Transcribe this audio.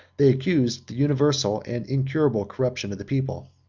they accused the universal and incurable corruption of the people.